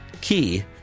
key